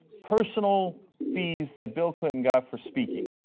personal fees that bill clinton got for speaking,